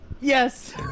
Yes